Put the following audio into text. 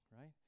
Right